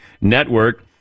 Network